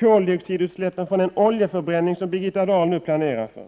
Koldioxidutsläppen från den oljeförbränning som Birgitta Dahl nu planerar för